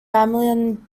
mammalian